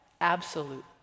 absolute